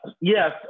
yes